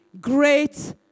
great